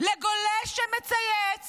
לגולש שמצייץ